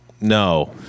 No